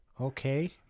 Okay